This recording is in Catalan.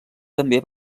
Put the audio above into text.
també